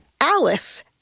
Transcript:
Alice